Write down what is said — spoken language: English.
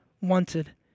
wanted